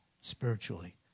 spiritually